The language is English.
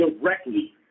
directly